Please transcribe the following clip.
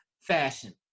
fashion